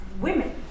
women